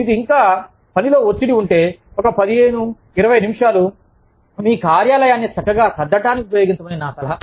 మీకు ఇంకా పనిలో ఒత్తిడి ఉంటే ఒక 15 20 నిమిషాలు మీ కార్యాలయాన్ని చక్కగా సర్దడానికి ఉపయోగించమని నా సలహా